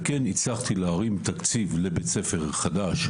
הצלחתי להרים תקציב לבית ספר חדש,